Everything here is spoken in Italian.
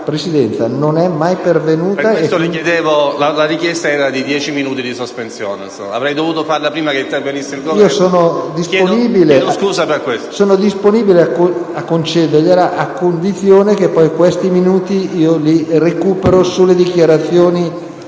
non è mai pervenuto.